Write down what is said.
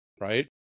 Right